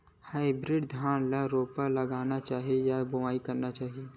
Hybrid धान ल रोपा लगाना चाही या बोआई करना चाही?